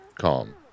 calm